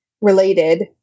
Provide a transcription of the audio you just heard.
related